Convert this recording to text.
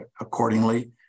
accordingly